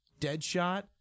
Deadshot